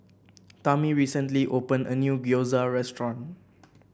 Tami recently opened a new Gyoza Restaurant